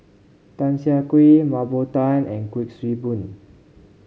Tan Siah Kwee Mah Bow Tan and Kuik Swee Boon